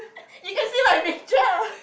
you can see my picture